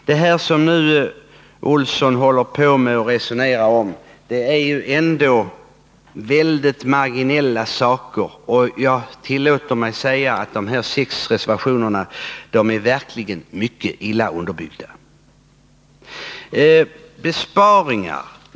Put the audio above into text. Det som Gunnar Olsson resonerar om är ändå väldigt marginella saker, 7n och jag tillåter mig säga att de sex reservationerna verkligen är mycket illa underbyggda.